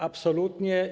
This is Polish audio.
Absolutnie.